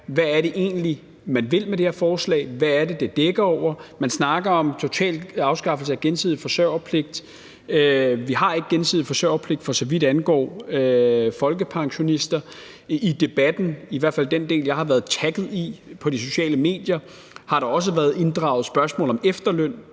hvad det egentlig er, man vil med det her forslag, og hvad det er, det dækker over. Man snakker om en total afskaffelse af gensidig forsørgerpligt. Vi har ikke gensidig forsørgerpligt, for så vidt angår folkepensionister, og der har i debatten, i hvert fald den del, jeg har været tagget i på de sociale medier, også været inddraget spørgsmål om efterløn,